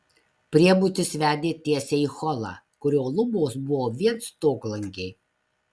priebutis vedė tiesiai į holą kurio lubos buvo vien stoglangiai